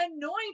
annoying